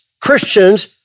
Christians